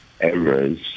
errors